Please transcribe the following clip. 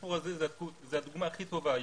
בסיפור הזה היא הדוגמה הכי טובה.